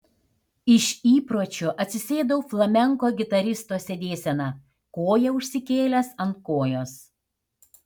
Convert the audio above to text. iš įpročio atsisėdau flamenko gitaristo sėdėsena koją užsikėlęs ant kojos